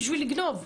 בשביל לגנוב.